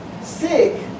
Sick